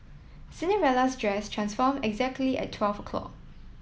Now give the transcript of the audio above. Cinderella's dress transform exactly at twelve o'clock